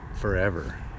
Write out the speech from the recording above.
forever